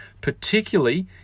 particularly